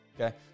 okay